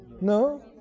No